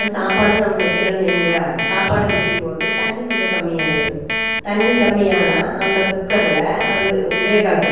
இப்போ சாப்பாடு நம்ம வைக்கிறன் வைங்க சாப்பாடு வைக்கும்போது தண்ணி கொஞ்சம் கம்மியாயிடும் தண்ணி கம்மியானா அந்த குக்கர்ல அது வேகாது